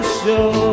show